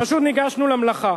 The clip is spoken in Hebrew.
פשוט ניגשנו למלאכה.